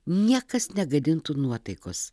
niekas negadintų nuotaikos